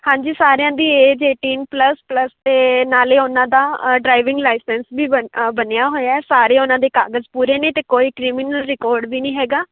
ਹਾਂਜੀ ਸਾਰਿਆਂ ਦੀ ਏਜ ਏਟੀਨ ਪਲੱਸ ਪਲੱਸ ਅਤੇ ਨਾਲ ਉਹਨਾਂ ਦਾ ਡਰਾਈਵਿੰਗ ਲਾਇਸੈਂਸ ਵੀ ਬ ਬਣਿਆ ਹੋਇਆ ਸਾਰੇ ਉਹਨਾਂ ਦੇ ਕਾਗਜ਼ ਪੂਰੇ ਨੇ ਅਤੇ ਕੋਈ ਕ੍ਰਿਮੀਨਲ ਰਿਕਾਰਡ ਵੀ ਨਹੀਂ ਹੈਗਾ